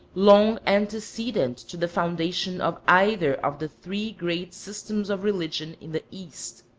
long antecedent to the foundation of either of the three great systems of religion in the east.